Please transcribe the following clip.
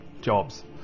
jobs